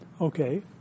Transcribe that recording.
Okay